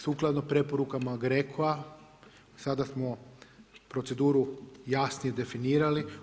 Sukladno preporukama GRECO-a sada smo proceduru jasnije definirali.